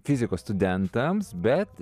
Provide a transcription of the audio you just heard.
fizikos studentams bet